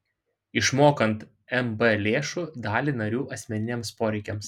išmokant mb lėšų dalį narių asmeniniams poreikiams